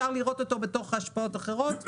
והוא מבצע אותו באמצעות אחרים.